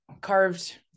carved